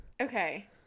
Okay